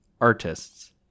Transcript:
artists